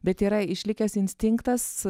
bet yra išlikęs instinktas